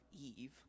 Eve